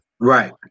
Right